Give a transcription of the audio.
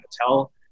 tell